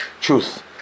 Truth